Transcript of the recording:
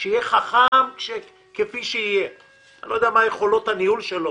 ויהיה חכם ככל שיהיה שאני לא יודע מה יכולות הניהול שלו,